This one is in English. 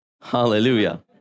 hallelujah